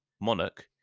monarch